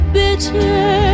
bitter